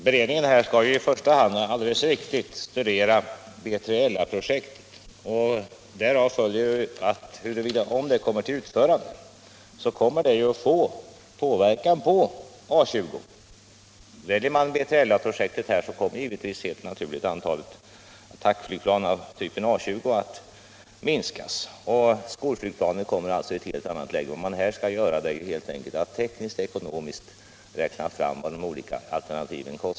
Herr talman! Det är alldeles riktigt att beredningen i första hand skall studera B3 LA-projektet. Om det kommer till utförande kommer detta att påverka A 20. Väljer man B3 LA-projektet kommer helt naturligt antalet attackflygplan av typen A 20 att minskas och skolflygplanen kommer i ett helt annat läge. Vad beredningen skall göra nu är helt enkelt att tekniskt och ekonomiskt räkna fram vad de olika alternativen kostar.